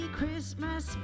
Christmas